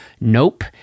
nope